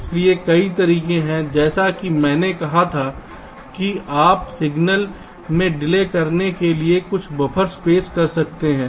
इसलिए कई तरीके हैं जैसा कि मैंने कहा था कि आप सिग्नल में डिले करने के लिए कुछ बफ़र्स पेश कर सकते हैं